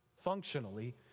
Functionally